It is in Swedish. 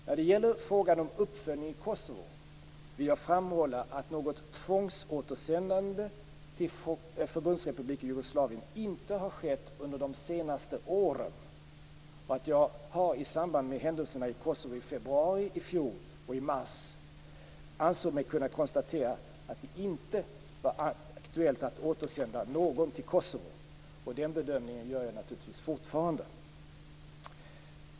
När det gäller frågan om uppföljning i Kosovo vill jag framhålla att något tvångsåtersändande till Förbundsrepubliken Jugoslavien inte har skett under de senaste åren och att jag i samband med händelserna i Kosovo i februari och mars i fjol ansåg mig kunna konstatera att det inte var aktuellt att återsända någon till Kosovo. Den bedömningen gör jag naturligtvis fortfarande.